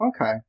Okay